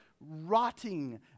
rotting